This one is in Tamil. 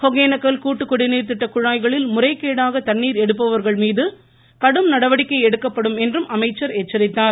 ஒகேனக்கல் கூட்டுக் குடிநீர் திட்ட குழாய்களில் முறைகேடாக தண்ணீர் எடுப்பவர்கள்மீது கடும் நடவடிக்கை எடுக்கப்படும் என்றும் அமைச்சர் எச்சரித்தார்